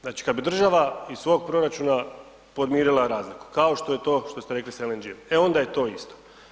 Znači ka bi država iz svog proračuna podmirila razliku kao što je to što ste rekli sa LNG-em, e onda je to isto.